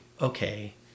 okay